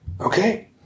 Okay